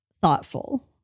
thoughtful